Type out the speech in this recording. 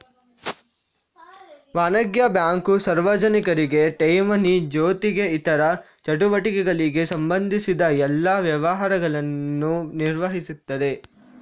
ವಾಣಿಜ್ಯ ಬ್ಯಾಂಕು ಸಾರ್ವಜನಿಕರಿಗೆ ಠೇವಣಿ ಜೊತೆಗೆ ಇತರ ಚಟುವಟಿಕೆಗಳಿಗೆ ಸಂಬಂಧಿಸಿದ ಎಲ್ಲಾ ವ್ಯವಹಾರಗಳನ್ನ ನಿರ್ವಹಿಸ್ತದೆ